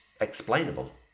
explainable